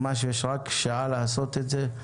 יש רק שעה לעשות את זה,